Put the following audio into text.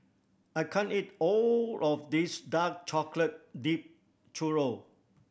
I can't eat all of this dark chocolate dipped churro